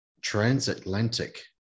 transatlantic